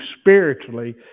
spiritually